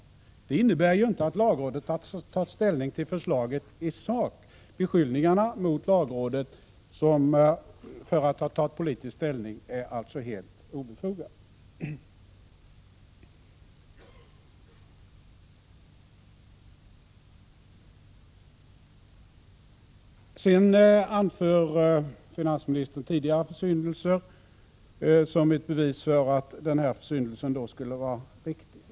Det innebär inte att lagrådet har tagit ställning till förslaget i sak. Beskyllningarna mot lagrådet för att ha tagit politisk ställning är alltså helt obefogade. Finansministern talar om tidigare försyndelser som ett bevis för att den aktuella försyndelsen skulle vara riktig.